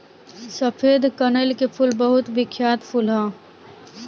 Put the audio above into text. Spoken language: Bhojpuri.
सफेद कनईल के फूल बहुत बिख्यात फूल ह